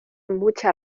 mucha